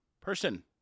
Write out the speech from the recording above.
person